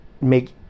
make